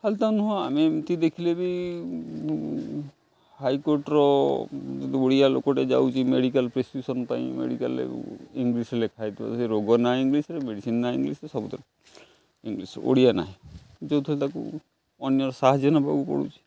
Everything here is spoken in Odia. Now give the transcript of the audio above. ଖାଲି ତ ନୁହଁ ଆମେ ଏମିତି ଦେଖିଲେ ବି ହାଇକୋର୍ଟର ଯଦି ଓଡ଼ିଆ ଲୋକଟେ ଯାଉଛି ମେଡ଼ିକାଲ ପ୍ରେସ୍କ୍ରିପସନ ପାଇଁ ମେଡ଼ିକାଲରେ ଇଂଲିଶରେ ଲେଖାହେଇଥିବ ରୋଗ ନାଁ ଇଂଲିଶରେ ମେଡ଼ିସିନ ନା ଇଂଲିଶରେ ସବୁତ ଇଂଲିଶ ଓଡ଼ିଆ ନାହିଁ ଯେଉଁଥିରେ ତାକୁ ଅନ୍ୟର ସାହାଯ୍ୟ ନବାକୁ ପଡ଼ୁଛି